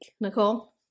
Nicole